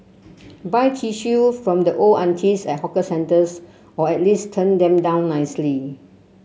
buy tissue from the old aunties at hawker centres or at least turn them down nicely